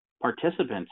participants